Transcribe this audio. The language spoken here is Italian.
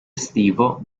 estivo